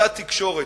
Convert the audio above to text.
אותה תקשורת,